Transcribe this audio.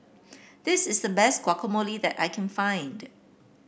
this is the best Guacamole that I can find